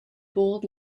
bowled